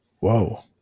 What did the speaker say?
Whoa